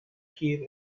heed